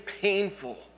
painful